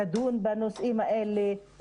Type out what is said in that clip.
תדון בנושאים האלה,